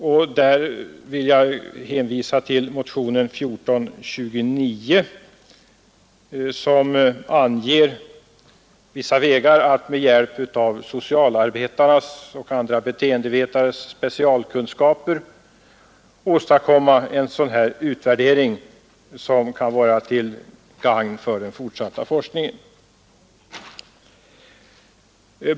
Därvidlag vill jag hänvisa till motionen 1429, som anger vissa vägar för att med hjälp av socialarbetarnas och andra beteendevetares specialkunskaper åstadkomma en dylik utvärdering, som kan vara till gagn för den fortsatta forskningen.